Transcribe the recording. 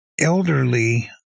elderly